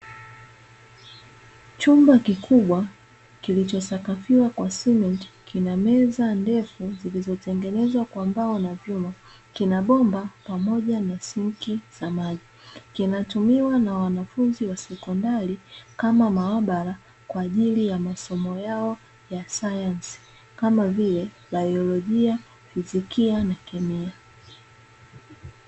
Chumba kubwa kilichosakafiwa kwa simenti kina meza ndefu zilizotengenezwa kwa mbao na vyuma, kina bomba pamoja na sinki za maji kinatumiwa na wanafunzi wa sekondari kama maabara kwaajili ya masomo yao ya sayansi kama vile biolojia, fizikia na kemia.